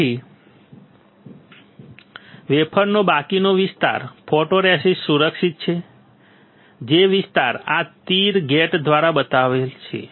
તેથી વેફરનો બાકીનો વિસ્તાર ફોટોરેસિસ્ટ સુરક્ષિત છે જે વિસ્તાર આ તીર ગેટ બતાવવામાં આવે છે